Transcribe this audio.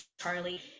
Charlie